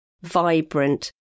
vibrant